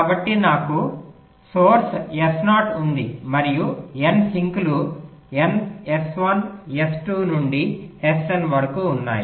కాబట్టి నాకు source S0 ఉంది మరియు n సింక్లు S1 S2 నుండి Sn వరకు ఉన్నాయి